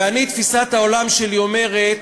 ותפיסת העולם שלי אומרת